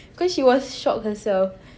because she was shocked herself